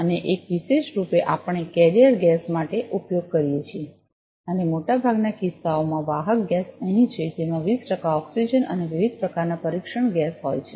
અને એક વિશેષ રૂપે આપણે કેરીઅર ગેસ માટે ઉપયોગ કરીએ છીએ અને મોટાભાગનાં કિસ્સાઓમાં વાહક ગેસ અહીં છે જેમાં 20 ટકા ઓક્સિજન અને વિવિધ પ્રકારના પરીક્ષણ ગેસ હોય છે